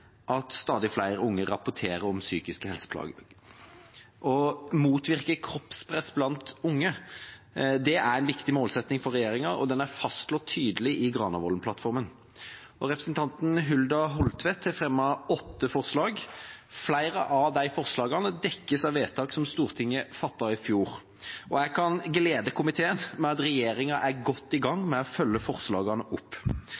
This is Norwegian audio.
at stadig flere unge rapporterer om psykiske helseplager. Å motvirke kroppspress blant unge er en viktig målsetting for regjeringa, og den er tydelig fastslått i Granavolden-plattformen. Representanten Hulda Holtvedt har fremmet åtte forslag. Flere av de forslagene dekkes av vedtak som Stortinget fattet i fjor. Jeg kan glede komiteen med at regjeringa er godt i gang med å følge opp